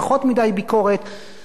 רבותי חברי הכנסת,